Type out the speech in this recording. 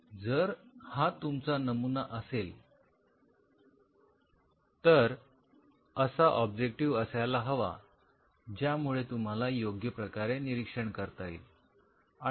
जर हा तुमचा नमुना असेल तर असा ऑब्जेक्टिव्ह असायला हवा ज्यामुळे तुम्हाला योग्य प्रकारे निरीक्षण करता येईल